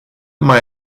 mai